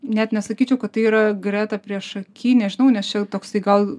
net nesakyčiau kad tai yra greta priešaky nežinau nes čia toksai gal